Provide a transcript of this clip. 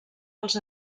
als